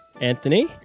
Anthony